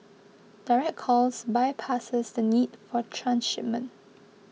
direct calls bypasses the need for transshipment